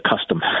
custom